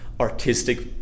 artistic